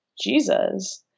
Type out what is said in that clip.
Jesus